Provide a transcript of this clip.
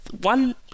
one